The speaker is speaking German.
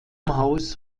haus